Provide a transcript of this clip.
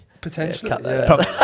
Potentially